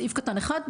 סעיף קטן אחד,